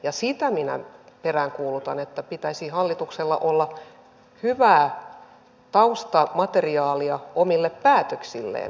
ja sitä minä peräänkuulutan että pitäisi hallituksella olla hyvää taustamateriaalia omille päätöksilleen